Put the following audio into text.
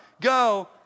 go